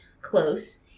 close